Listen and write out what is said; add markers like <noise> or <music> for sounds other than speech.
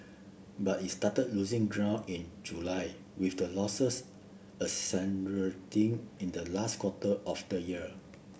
but it started losing ground in July with the losses <unintelligible> in the last quarter of the year